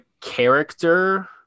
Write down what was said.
character